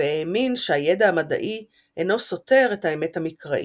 והאמין שהידע המדעי אינו סותר את האמת המקראית.